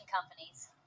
companies